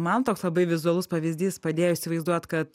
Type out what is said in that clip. man toks labai vizualus pavyzdys padėjo įsivaizduot kad